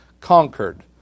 conquered